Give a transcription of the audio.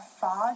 fog